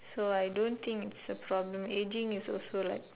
so I don't think it's a problem aging is also like